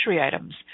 items